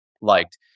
liked